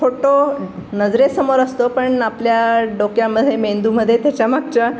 photo नजरेसमोर असतो पण आपल्या डोक्यामध्ये मेंदूमध्ये त्याच्यामागच्या